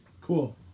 Cool